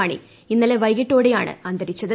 മാണി ഇന്നലെ വൈകിട്ടോടെയാണ് അന്തരിച്ചത്